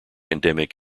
endemic